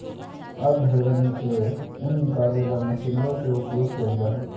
अब भेंड़वन से ऊन निकाले ला मशीनवा के उपयोग कइल जाहई